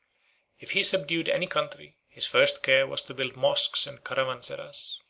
if he subdued any country, his first care was to build mosques and caravansaras,